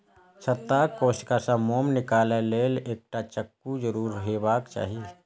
छत्ताक कोशिका सं मोम निकालै लेल एकटा चक्कू जरूर हेबाक चाही